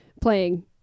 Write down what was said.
playing